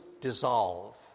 dissolve